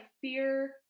fear